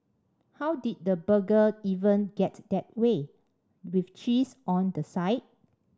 how did the burger even get that way with cheese on the side